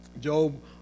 Job